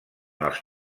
els